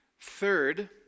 Third